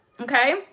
Okay